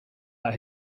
out